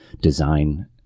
design